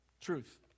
Truth